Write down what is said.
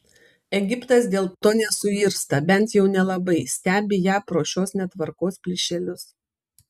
egiptas dėl to nesuirzta bent jau nelabai stebi ją pro šios netvarkos plyšelius